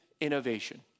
innovation